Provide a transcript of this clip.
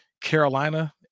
Carolina